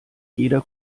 jeder